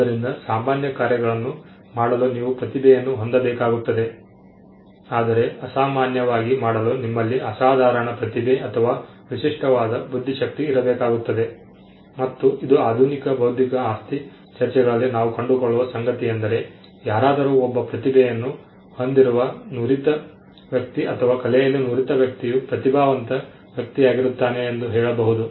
ಆದ್ದರಿಂದ ಸಾಮಾನ್ಯ ಕಾರ್ಯಗಳನ್ನು ಮಾಡಲು ನೀವು ಪ್ರತಿಭೆಯನ್ನು ಹೊಂದಬೇಕಾಗುತ್ತದೆ ಆದರೆ ಅಸಾಮಾನ್ಯವಾಗಿ ಮಾಡಲು ನಿಮ್ಮಲ್ಲಿ ಅಸಾಧಾರಣ ಪ್ರತಿಭೆ ಅಥವಾ ವಿಶಿಷ್ಟವಾದ ಬುದ್ಧಿಶಕ್ತಿ ಇರಬೇಕಾಗುತ್ತದೆ ಮತ್ತು ಇದು ಆಧುನಿಕ ಬೌದ್ಧಿಕ ಆಸ್ತಿ ಚರ್ಚೆಗಳಲ್ಲಿ ನಾವು ಕಂಡುಕೊಳ್ಳುವ ಸಂಗತಿಯೆಂದರೆ ಯಾರಾದರೂ ಒಬ್ಬ ಪ್ರತಿಭೆಯನ್ನು ಹೊಂದಿರುವ ನುರಿತ ವ್ಯಕ್ತಿ ಅಥವಾ ಕಲೆಯಲ್ಲಿ ನುರಿತ ವ್ಯಕ್ತಿಯು ಪ್ರತಿಭಾವಂತ ವ್ಯಕ್ತಿಯಾಗಿರುತ್ತಾನೆ ಎಂದು ಹೇಳಬಹುದು